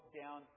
down